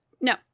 No